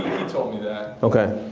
he told me that.